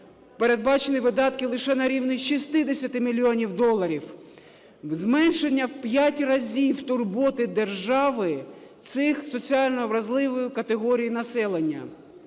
передбачені видатки лише на рівні 60 мільйонів доларів. Зменшення в п'ять разів турботи держави цієї соціально вразливої категорії населення,